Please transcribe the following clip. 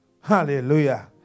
Hallelujah